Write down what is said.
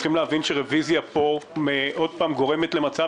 צריך להבין שרוויזיה פה עוד פעם גורמת למצב